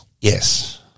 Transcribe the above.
Yes